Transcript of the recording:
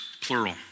plural